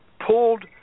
pulled